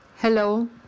Hello